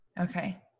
Okay